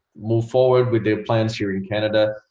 move forward with their plans herein canada.